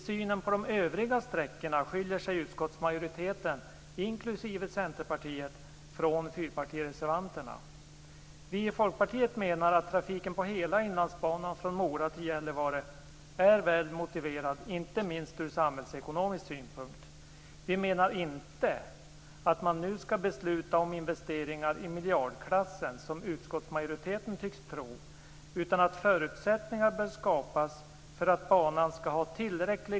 I synen på de övriga sträckorna skiljer sig utskottsmajoriteten, inklusive Vi i Folkpartiet menar att trafiken på hela Inlandsbanan, från Mora till Gällivare, är väl motiverad, inte minst ur samhällsekonomisk synpunkt.